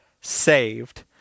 saved